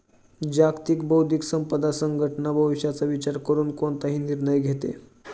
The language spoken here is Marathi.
जागतिक बौद्धिक संपदा संघटना भविष्याचा विचार करून कोणताही निर्णय घेते